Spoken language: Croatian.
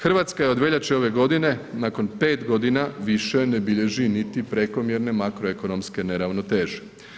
Hrvatska je od veljače ove godine, nakon 5 godina, više ne bilježi niti prekomjerne makroekonomske neravnoteže.